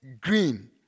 green